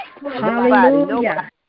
Hallelujah